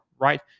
right